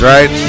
Right